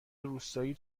روستایی